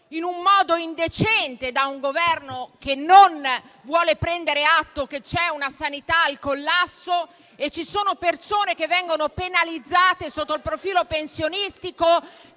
in un modo indecente da un Governo che non vuole prendere atto che la sanità è al collasso e alcune persone sono penalizzate sotto il profilo pensionistico,